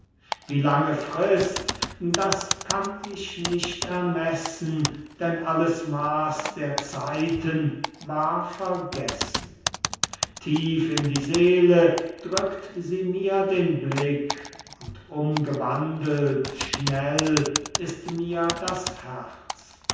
einander wie lange frist das kann ich nicht ermessen denn alles maß der zeiten war vergessen tief in die seele drückt sie mir den blick und umgewandelt schnell ist mir das herz